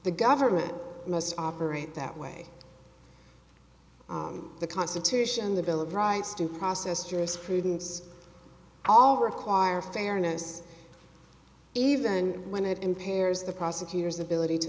the government must operate that way the constitution the bill of rights due process jurisprudence all require fairness even when it impairs the prosecutor's ability to